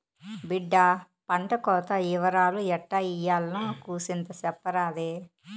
బిడ్డా పంటకోత ఇవరాలు ఎట్టా ఇయ్యాల్నో కూసింత సెప్పరాదే